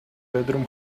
bedroom